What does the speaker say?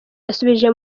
yasubije